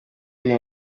iyi